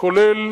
כולל